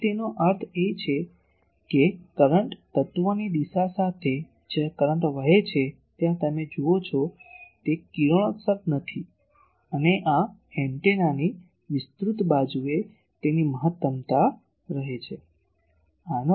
તેથી તેનો અર્થ એ કે તે બતાવે છે કે કરંટ તત્ત્વની દિશા સાથે જ્યાં કરંટ વહે છે ત્યાં તમે જુઓ છો તે કિરણોત્સર્ગ નથી અને આ એન્ટેનાની વિસ્તૃત બાજુએ તેની મહત્તમતા રહે છે